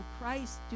Christ